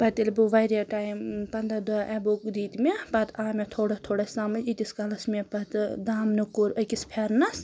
پَتہٕ ییٚلہِ بہٕ واریاہ ٹایِم پنٛداہ دۄہ ایٚبو دِتۍ مےٚ پَتہٕ آو مےٚ تُھوڑا تُھوڑا سَمجھ ییتِس کالَس مےٚ پَتہٕ دامنہٕ کوٚر أکِس پھیٚرنَس